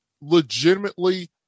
legitimately